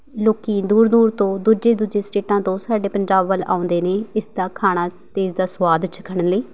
ਲੋਕੀ ਦੂਰ ਦੂਰ ਤੋਂ ਦੂਜੇ ਦੂਜੇ ਸਟੇਟਾਂ ਤੋਂ ਸਾਡੇ ਪੰਜਾਬ ਵੱਲ ਆਉਂਦੇ ਨੇ ਇਸ ਦਾ ਖਾਣਾ ਅਤੇ ਇਸ ਦਾ ਸਵਾਦ ਚੱਖਣ ਲਈ